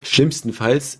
schlimmstenfalls